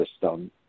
system